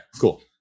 cool